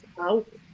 out